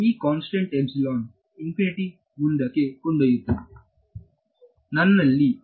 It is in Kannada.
ಈ ಕಾನ್ಸ್ಟೆಂಟ್ ಎಪ್ಸಿಲಾನ್ ಇನ್ಫಿನಿಟಿ ಮುಂದಕ್ಕೆ ಕೊಂಡೊಯ್ಯುತ್ತದೆ ನನ್ನಲ್ಲಿ ಇದೆ